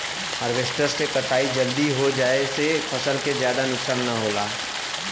harvester से कटाई जल्दी हो जाये से फसल के जादा नुकसान न होला